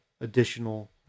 additional